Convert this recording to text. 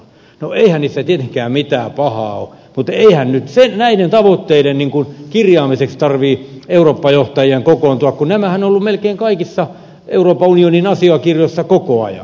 no eihän niissä tietenkään mitään pahaa ole mutta eihän nyt näiden tavoitteiden kirjaamiseksi tarvitse eurooppa johtajien kokoontua kun nämähän ovat olleet melkein kaikissa euroopan unionin asiakirjoissa koko ajan